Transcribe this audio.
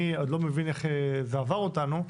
אני עוד לא מבין איך זה עבר אותנו,